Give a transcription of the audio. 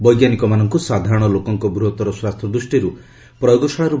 ବୈଞ୍ଜନିକମାନଙ୍କୁ ସାଧାରଣ ଲୋକଙ୍କ ବୃହତ୍ତର ସ୍ପାର୍ଥ ଦୃଷ୍ଟିରୁ ପ୍ରୟୋଗଶାଳାରୁ